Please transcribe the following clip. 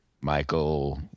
Michael